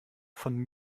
von